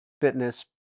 fitness